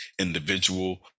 individual